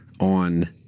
on